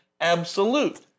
absolute